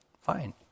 Fine